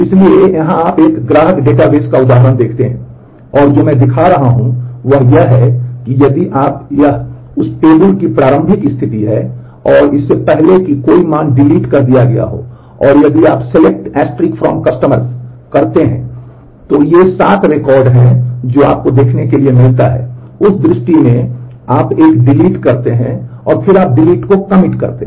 इसलिए यहां आप एक ग्राहक डेटाबेस का उदाहरण देखते हैं और जो मैं दिखा रहा हूं वह यह है कि यदि आप यह उस टेबल की प्रारंभिक स्थिति है और इससे पहले कि कोई भी मान डिलीट कर दिया गया हो और यदि आप SELECT from customers करते हैं तो ये 7 रिकॉर्ड हैं जो आप देखने के लिए मिलता है उस दृष्टि में कि आप एक डिलीट करते हैं और फिर आप डिलीट को कमिट करते हैं